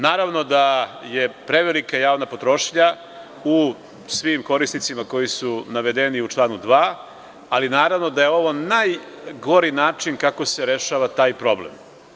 Naravno da je prevelika javna potrošnja u svim korisnicima koji su navedeni u članu 2, ali naravno da je ovo najgori način kako se rešava taj problem.